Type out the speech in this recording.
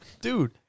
Dude